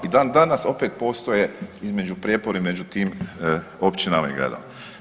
I dan-danas opet postoje između prijepori među tim općinama i gradovima.